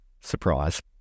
Surprise